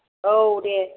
औ दे